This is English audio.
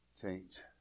change